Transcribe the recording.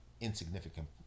insignificant